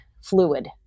fluid